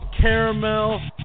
caramel